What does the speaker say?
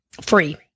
Free